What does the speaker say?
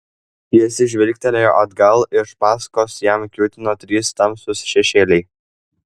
jis žvilgtelėjo atgal iš paskos jam kiūtino trys tamsūs šešėliai